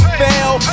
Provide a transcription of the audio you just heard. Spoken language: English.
fail